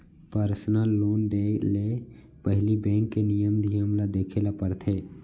personal loan देय ले पहिली बेंक के नियम धियम ल देखे ल परथे